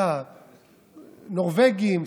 נורבגים,